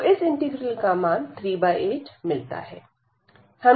तो इस इंटीग्रल का मान 38 मिलता है